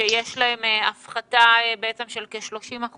שיש להם הפחתה של כ-30%.